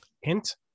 hint